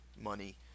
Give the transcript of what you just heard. money